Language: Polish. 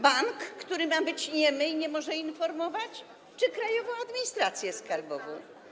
Bank, który ma być niemy i nie może informować, czy Krajową Administrację Skarbową?